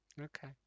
okay